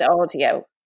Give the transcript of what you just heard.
audio